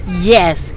yes